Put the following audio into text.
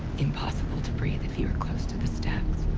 impossible to breathe if you are close to the stacks.